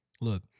Look